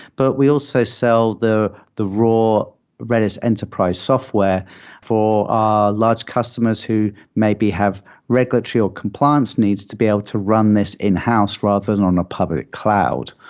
but we also sell the the raw redis enterprise software for our large customers who may be have record tree or compliance needs to be able to run this in-house rather than on a public cloud.